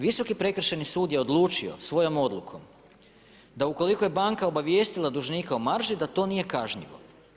Visoki prekršajni sud je odlučio svojom odlukom da ukoliko je banka obavijestila dužnika u marži, da to nije kažnjivo.